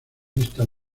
listas